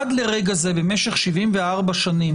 אז צריך לקחת את זה בפרספקטיבה השוואתית.